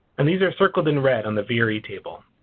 and these are circled in red on the vre table.